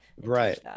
Right